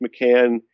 McCann